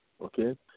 okay